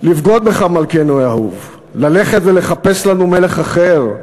לבגוד בך, מלכנו האהוב, ללכת ולחפש לנו מלך אחר.